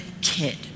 kid